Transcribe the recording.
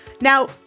Now